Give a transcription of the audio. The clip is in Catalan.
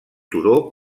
turó